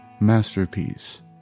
masterpiece